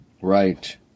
right